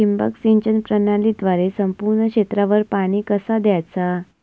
ठिबक सिंचन प्रणालीद्वारे संपूर्ण क्षेत्रावर पाणी कसा दयाचा?